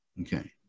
Okay